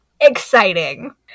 exciting